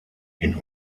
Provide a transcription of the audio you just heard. hin